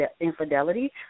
infidelity